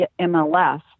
MLS